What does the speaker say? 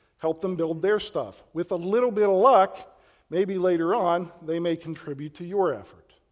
help them build their stuff. with a little bit of luck maybe later on they may contribute to your effort.